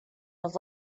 was